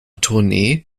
tournee